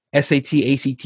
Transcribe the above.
SAT-ACT